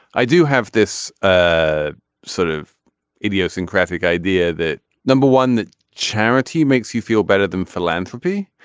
i do have this ah sort of idiosyncratic idea that number one that charity makes you feel better than philanthropy.